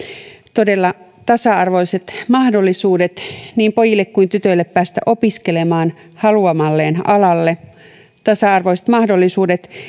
todella tasa arvoiset mahdollisuudet niin pojille kuin tytöille päästä opiskelemaan haluamalleen alalle tasa arvoiset mahdollisuudet